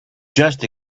just